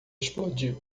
explodiu